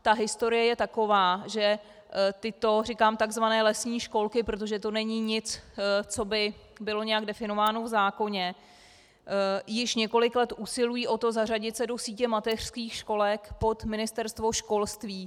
Ta historie je taková, že tyto tzv. lesní školky, protože to není nic, co by bylo nějak definováno v zákoně, již několik let usilují o to, zařadit se do sítě mateřských školek pod Ministerstvo školství.